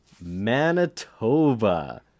Manitoba